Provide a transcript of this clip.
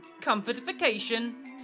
comfortification